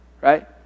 Right